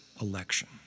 election